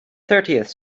thirtieth